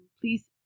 please